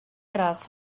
gradd